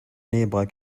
nearby